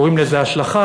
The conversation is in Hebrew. קוראים לזה השלכה,